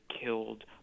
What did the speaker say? killed